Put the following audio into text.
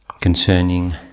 concerning